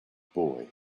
boy